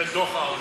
דוח העוני.